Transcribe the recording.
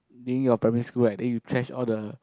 being your primary school right then you trash all the